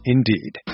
Indeed